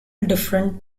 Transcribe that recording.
different